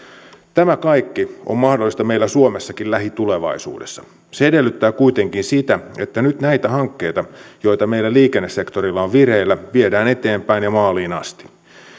tämä kaikki on mahdollista meillä suomessakin lähitulevaisuudessa se edellyttää kuitenkin sitä että nyt näitä hankkeita joita meillä liikennesektorilla on vireillä viedään eteenpäin ja maaliin asti